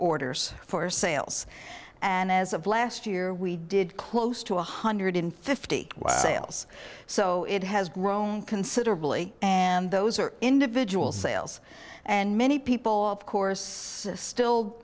orders for sales and as of last year we did close to one hundred fifty sales so it has grown considerably and those are individual sales and many people of course still